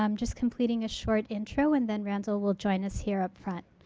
um just completing a short intro and then randall will join us here up front.